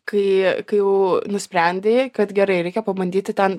kai kai jau nusprendei kad gerai reikia pabandyti ten